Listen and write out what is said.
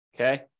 Okay